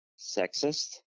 sexist